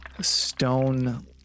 stone